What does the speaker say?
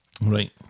Right